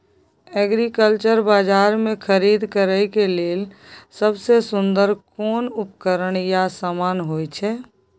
Agriculture बाजार में खरीद करे के लेल सबसे सुन्दर कोन उपकरण या समान होय छै?